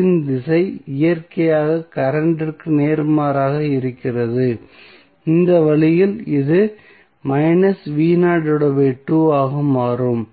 இன் திசை இயற்கையான கரண்ட் ற்கு நேர்மாறாக இருக்கிறது இந்த வழியில் இது ஆக மாறும்